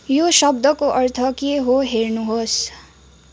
यो शब्दको अर्थ के हो हेर्नुहोस्